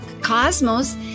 Cosmos